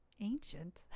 ancient